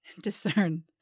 discern